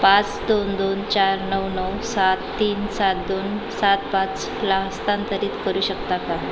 पाच दोन दोन चार नऊ नऊ सात तीन सात दोन सात पाचला हस्तांतरित करू शकता का